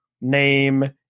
name